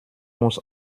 muss